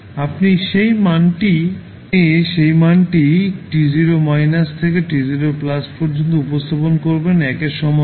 আপনি সেই মানটি t 0 থেকে t 0 পর্যন্ত উপস্থাপন করবেন 1 এর সমান বলে